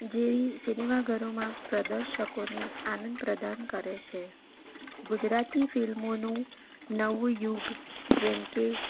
જેવી સિનેમાઘરોમાં પ્રદર્શકોને આનંદ પ્રદાન કરે છે ગુજરાતી ફિલ્મોનું નવું યુગ જેમકે